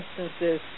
instances